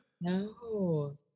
No